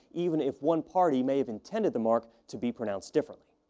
even if one party may have intended the mark to be pronounced differently.